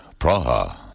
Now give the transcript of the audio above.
Praha